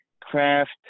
craft